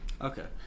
Okay